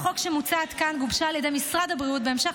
הצעת החוק שמוצעת כאן גובשה על ידי משרד הבריאות בהמשך